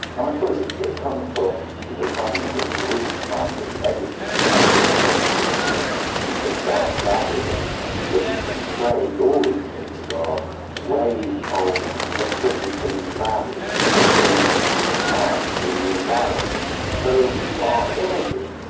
um i suppose it it comes from you know finding things to eat, finding medicine, finding things that we think are valuable that we can trade, all these things are ways of attributing value to things that we find in the environment. so our images,